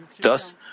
thus